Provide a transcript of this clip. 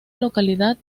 localidad